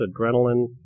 adrenaline